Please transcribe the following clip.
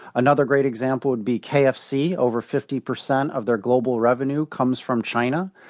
another great example would be kfc over fifty percent of their global revenue comes from china.